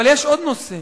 אבל יש עוד נושא,